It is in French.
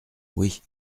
oui